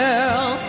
Girl